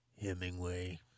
Hemingway